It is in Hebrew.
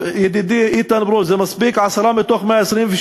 ידידי איתן ברושי, זה מספיק, עשרה מ-126?